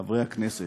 חברי הכנסת,